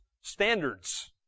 standards